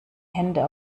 hände